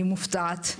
אני מופתעת.